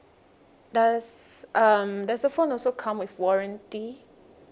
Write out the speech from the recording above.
does um does the phone also come with warranty